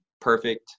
perfect